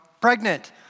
pregnant